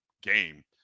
game